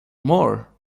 more